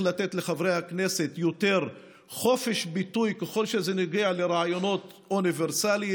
לתת לחברי הכנסת יותר חופש ביטוי ככל שזה נוגע לרעיונות אוניברסליים,